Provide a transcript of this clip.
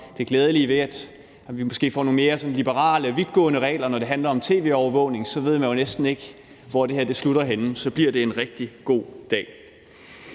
det glædelige ved, at vi måske får nogle sådan mere liberale og vidtgående regler, når det handler om tv-overvågning, så ved man jo næsten ikke, hvor det her slutter henne. Så bliver det en rigtig god dag.